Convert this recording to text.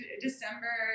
December